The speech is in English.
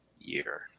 year